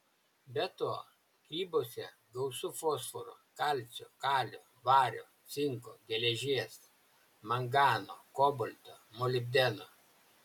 be to grybuose gausu fosforo kalcio kalio vario cinko geležies mangano kobalto molibdeno